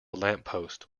lamppost